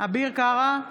אביר קארה,